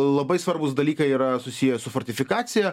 labai svarbūs dalykai yra susiję su fortifikacija